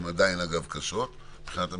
שהן עדיין אגב קשות מבחינת המספרים,